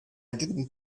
didn’t